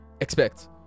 expect